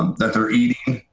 that our